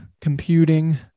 Computing